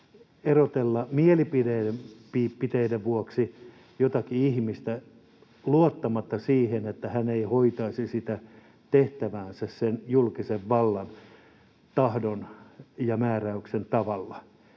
erotella mielipiteiden vuoksi jotakin ihmistä luottamatta siihen, että hän hoitaisi sitä tehtäväänsä sen julkisen vallan tahdon ja määräyksen